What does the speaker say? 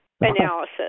analysis